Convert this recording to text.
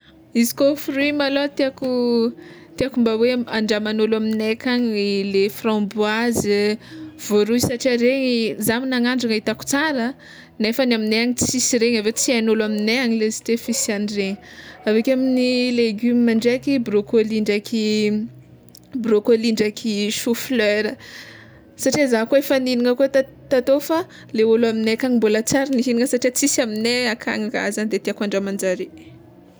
Izy koa fruit malôha tiàko tiàko mba hoe andraman'olo aminay akagny le framboise, voaroy satria regny zah nagnandrana hitako tsara nefany aminay any tsisy regny aveo tsy haign'olo amignay any lesiteo fisiandregny aveke amy legioma ndreky, broccoli ndraiky broccoli ndraiky chou fleur, satria zah koa efa nihignana koa ta- tatô fa le ôlo aminay akagny mbola tsy ary nihignana satria tsisy aminay akagny ka za de tiàko andramanjare.